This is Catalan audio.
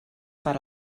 per